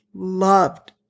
loved